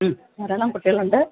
ധാരാളം കുട്ടികളുണ്ട്